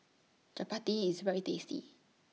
Chapati IS very tasty